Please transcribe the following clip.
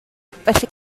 felly